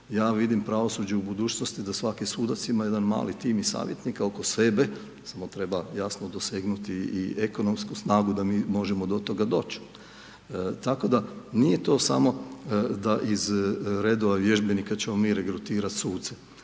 ja vidim pravosuđe u budućnosti da svaki sudac ima jedan mali tim savjetnika oko sebe, samo treba jasno dosegnuti i ekonomsku snagu da mi možemo do toga doći. Tako da nije to samo da iz redova vježbenika ćemo mi regrutirati suce